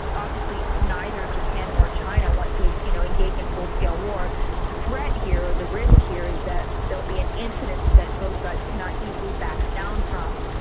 obviously neither japan nor china want to you know engage in full-scale war. the threat here or the risk here is that there will be an incident that both sides cannot easily back down from,